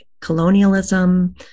colonialism